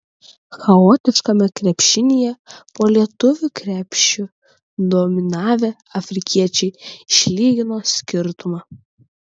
chaotiškame krepšinyje po lietuvių krepšiu dominavę afrikiečiai išlygino skirtumą